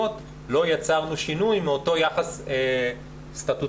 לא יצרנו שינוי מאותו יחס סטטוטורי,